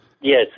Yes